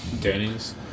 Danny's